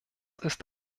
ist